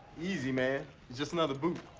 easy man. it's just another boot.